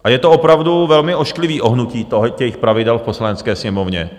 A je to opravdu velmi ošklivé ohnutí těch pravidel v Poslanecké sněmovně.